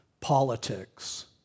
politics